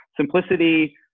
simplicity